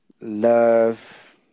Love